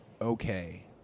okay